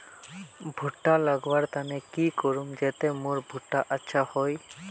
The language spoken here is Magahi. भुट्टा लगवार तने की करूम जाते मोर भुट्टा अच्छा हाई?